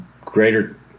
Greater